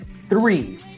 three